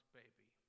baby